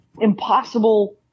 impossible